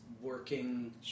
working